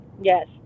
Yes